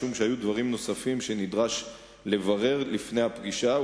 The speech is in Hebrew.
משום שהיו דברים נוספים שנדרש לברר לפני הפגישה,